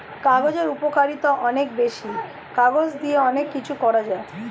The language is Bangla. কাগজের উপকারিতা অনেক বেশি, কাগজ দিয়ে অনেক কিছু করা যায়